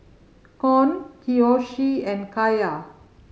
Con Kiyoshi and Kaiya